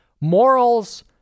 Morals